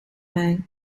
mij